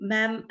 Ma'am